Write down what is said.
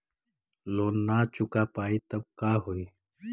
Loan न चुका पाई तब का होई?